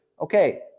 Okay